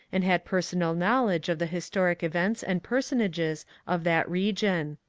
and had personal knowledge of the historic events and personages of that region.